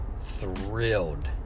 thrilled